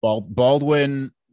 Baldwin